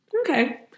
Okay